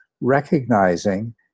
recognizing